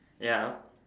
ya